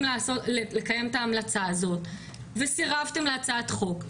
לקיים את ההמלצה הזו וסירבתם להצעת חוק.